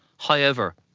however,